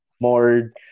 more